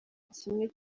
kimwe